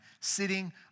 sitting